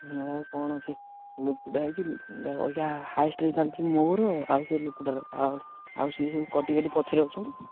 ନାଇଁ କ'ଣ ସେ ଲୋକଟା ହେଇଛି ଓ ଆ ହାଏଷ୍ଟରେ ଚାଲିଛି ମୋର ଆଉ ସେ ଲୋକଟାର ଆଉ ସିଏ ସବୁ କଟିକାଟି ପଛରେ ଅଛନ୍ତି